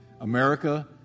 America